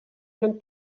can